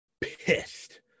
pissed